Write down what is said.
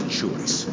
choice